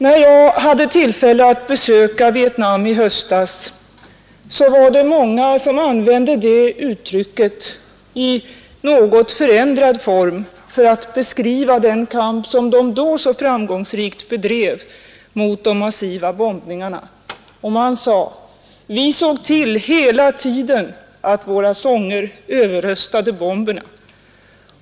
När jag hade tillfälle att besöka Vietnam i höstas var det många som använde detta uttryck i något förändrad form för att beskriva den kamp som de så framgångsrikt bedrev mot de massiva bombningarna 1965—1968. Man sade: Vi såg till, hela tiden, att våra sånger överröstade bomberna.